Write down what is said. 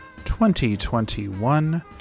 2021